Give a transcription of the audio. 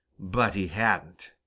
but he hadn't.